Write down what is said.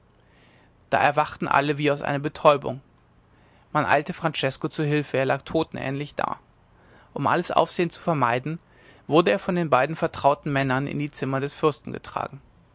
da erwachten alle wie aus einer betäubung man eilte francesko zu hilfe er lag totenähnlich da um alles aufsehen zu vermeiden wurde er von den beiden vertrauten männern in die zimmer des fürsten getragen